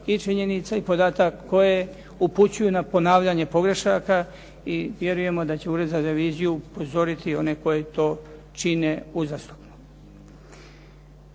i činjenica i podataka koje upućuju na ponavljanje pogrešaka i vjerujemo da će Ured za reviziju upozoriti one koji to čine uzastopno.